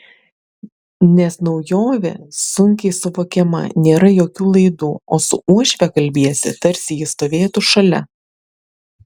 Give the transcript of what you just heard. nes naujovė sunkiai suvokiama nėra jokių laidų o su uošve kalbiesi tarsi ji stovėtų šalia